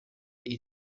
ari